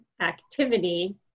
activity